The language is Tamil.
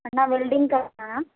அண்ணா வெல்டிங்காரர்ராண்ணா